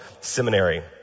Seminary